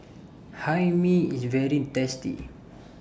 Hae Mee IS very tasty